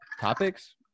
Topics